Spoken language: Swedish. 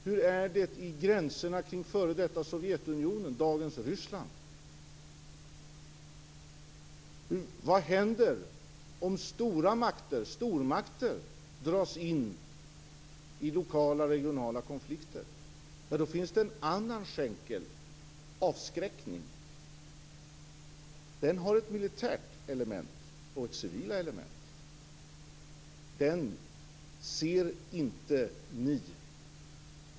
Hur är det vid gränserna kring f.d. Sovjetunionen, dagens Ryssland? Vad händer om stormakter dras in i lokala eller regionala konflikter? Då finns det en annan skänkel, och det är avskräckning. Den har ett militärt element och ett civilt element. Den ser inte ni.